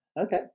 Okay